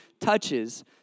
touches